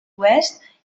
oest